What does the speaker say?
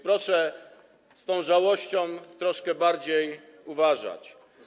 Proszę z tą żałością troszkę bardziej uważać.